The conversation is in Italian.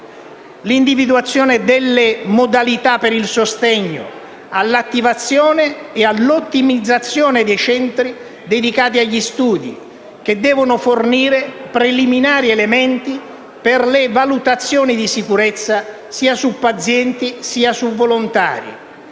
l'individuazione delle modalità per il sostegno all'attivazione e all'ottimizzazione dei centri dedicati agli studi, che devono fornire preliminari elementi per le valutazioni di sicurezza, sia su pazienti che su volontari,